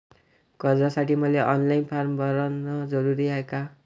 कर्जासाठी मले online form भरन जरुरीच हाय का?